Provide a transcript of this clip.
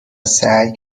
سعی